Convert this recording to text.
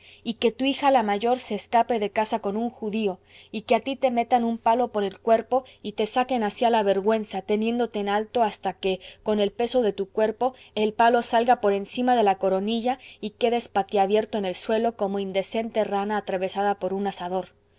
y que tu hija la mayor se escape de tu casa con un judío y que a ti te metan un palo por el cuerpo y te saquen asi a la vergüenza teniéndote en alto hasta que con el peso de tu cuerpo el palo salga por encima de la coronilla y quedes patiabierto en el suelo como indecente rana atravesada por un asador